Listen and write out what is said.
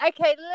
Okay